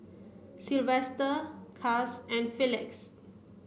Silvester Cas and Felix